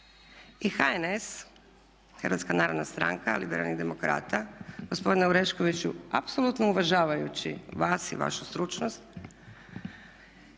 I HNS, Hrvatska narodna stranka Liberalnih demokrata gospodine Oreškoviću apsolutno uvažavajući vas i vašu stručnost